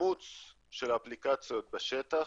אימוץ של אפליקציות בשטח